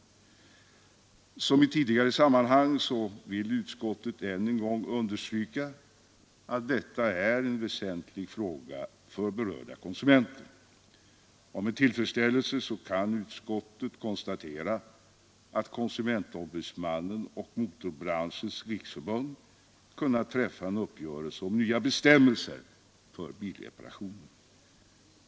Liksom i tidigare sammanhang vill utskottet än en gång understryka att detta är en väsentlig fråga för berörda konsumenter. Med tillfredsställelse kan utskottet konstatera att konsumentombudsmannen och Motorbranschens riksförbund kunnat träffa en uppgörelse om nya bestämmelser för bilreparationer.